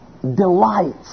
delights